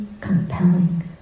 compelling